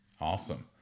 Awesome